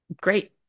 great